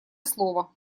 слово